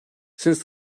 since